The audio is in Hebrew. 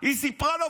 היא סיפרה לו,